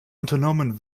unternommen